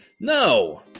No